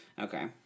Okay